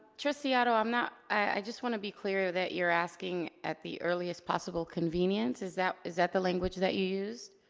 trustee otto i'm not, i just want to be clear that you're asking at the earliest possible convenience, is that is that the language that you used?